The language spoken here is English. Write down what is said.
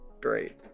Great